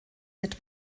mit